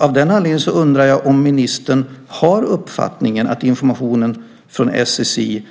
Av den anledningen undrar jag om ministern har den uppfattningen att informationen från SSI